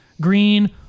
green